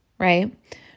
right